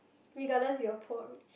regardless if you are poor or rich